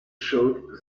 showed